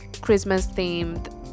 Christmas-themed